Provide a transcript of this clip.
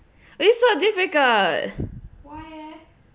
it's so difficult